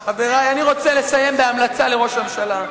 אני רוצה לסיים בהמלצה לראש הממשלה: